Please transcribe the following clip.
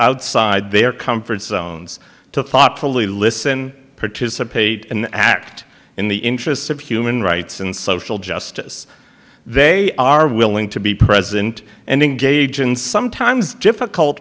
outside their comfort zones to thoughtfully listen participate and act in the interests of human rights and social justice they are willing to be present and engage in sometimes difficult